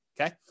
okay